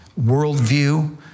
worldview